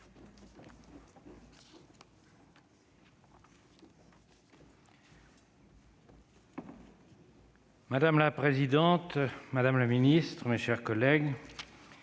Madame la présidente, madame la ministre, mes chers collègues,